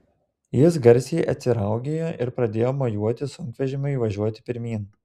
jis garsiai atsiraugėjo ir pradėjo mojuoti sunkvežimiui važiuoti pirmyn